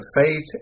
faith